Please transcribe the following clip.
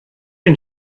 den